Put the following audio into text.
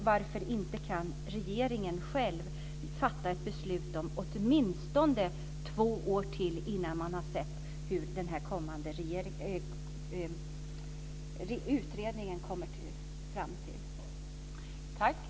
Varför kan inte regeringen själv fatta beslut om att vänta åtminstone ytterligare två år så att man ser vad utredningen kommer fram till?